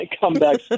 comeback